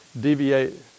deviate